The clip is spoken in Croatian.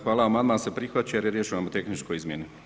Hvala, amandman se prihvaća jer je riječ o nomotehničkoj izmjeni.